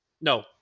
No